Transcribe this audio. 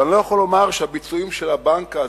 ואני לא יכול לומר שהביצועים של הבנק הזה,